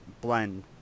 blend